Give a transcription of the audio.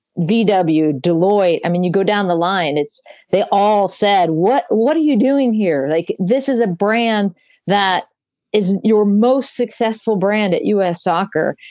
vw, but deloitte. i mean, you go down the line, it's they all said, what? what are you doing here? like this is a brand that isn't your most successful brand at u s. soccer.